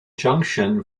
junction